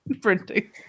printing